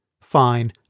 Fine